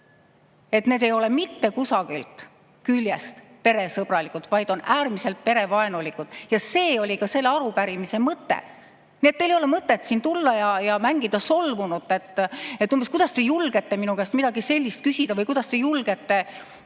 Need ei ole mitte kusagilt küljest peresõbralikud, vaid on äärmiselt perevaenulikud. Ja see oli ka selle arupärimise mõte. Nii et teil ei ole mõtet siin tulla ja mängida solvunut, umbes nii, et kuidas te julgete minu käest midagi sellist küsida või kuidas te julgete,